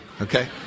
Okay